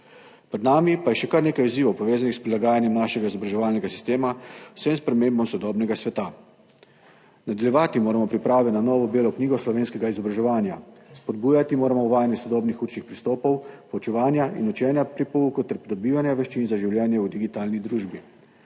Pred nami pa je še kar nekaj izzivov, povezanih s prilagajanjem našega izobraževalnega sistema vsem spremembam sodobnega sveta. Nadaljevati moramo priprave na novo Belo knjigo slovenskega izobraževanja, spodbujati moramo uvajanje sodobnih učnih pristopov, poučevanja in učenja pri pouku ter pridobivanja veščin za življenje v digitalni družbi.